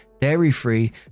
dairy-free